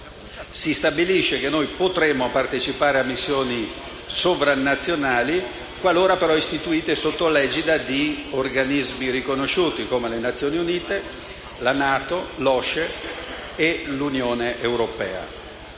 Si stabilisce che potremo partecipare a missioni sovranazionali, qualora istituite sotto l'egida di organismi riconosciuti come l'ONU, la NATO, l'OSCE e l'Unione europea.